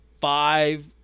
Five